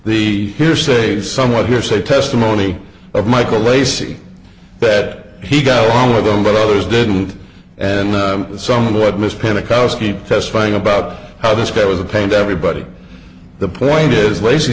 the hearsay somewhat hearsay testimony of michael lacey bet he got along with them but others didn't and somewhat miss pena koski testifying about how this guy was a pain to everybody the point is la